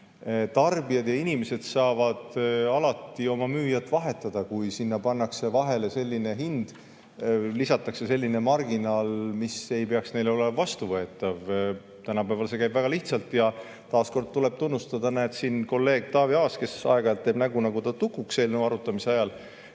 Tarbijad saavad alati oma müüjat vahetada, kui sinna pannakse juurde selline hind, lisatakse marginaal, mis ei ole neile vastuvõetav. Tänapäeval see käib väga lihtsalt. Taas kord tuleb tunnustada, et siin kolleeg Taavi Aas, kes aeg-ajalt teeb nägu, nagu ta tukuks eelnõu arutamise ajal